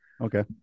Okay